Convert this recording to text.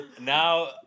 Now